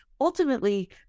ultimately